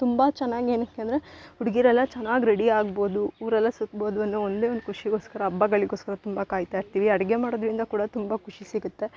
ತುಂಬ ಚೆನ್ನಾಗಿ ಏನಕ್ಕೆ ಅಂದ್ರೆ ಹುಡುಗಿರೆಲ್ಲ ಚೆನ್ನಾಗ್ ರೆಡಿ ಆಗ್ಬೋದು ಊರೆಲ್ಲ ಸುತ್ಬೋದು ಅನ್ನೋ ಒಂದೇ ಒಂದು ಖುಷಿಗೋಸ್ಕರ ಹಬ್ಬಗಳಿಗೋಸ್ಕರ ತುಂಬ ಕಾಯ್ತ ಇರ್ತೀವಿ ಅಡುಗೆ ಮಾಡೋದ್ರಿಂದ ಕೂಡ ತುಂಬ ಖುಷಿ ಸಿಗುತ್ತೆ